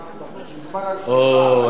בזמן הצמיחה הציבור לא קיבל, אוה, אני אסביר.